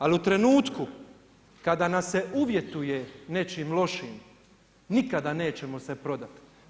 Ali u trenutku kada nas se uvjetuje nečim lošim nikada nećemo se prodati.